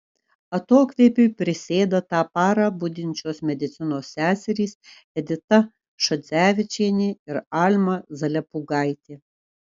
atokvėpiui prisėda tą parą budinčios medicinos seserys edita šadzevičienė ir alma zalepūgaitė